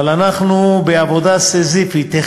אבל אנחנו בעבודה סיזיפית,